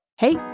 Hey